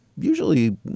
usually